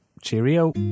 Cheerio